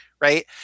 right